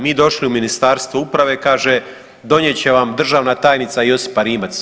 Mi došli u Ministarstvo uprave, kaže, donijet će vam državna tajnica Josipa Rimac.